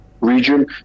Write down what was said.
region